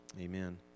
Amen